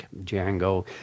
Django